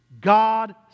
God